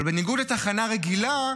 אבל בניגוד לתחנה רגילה,